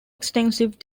extensive